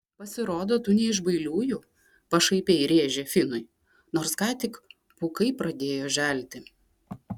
pasirodo tu ne iš bailiųjų pašaipiai rėžė finui nors ką tik pūkai pradėjo želti